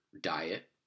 diet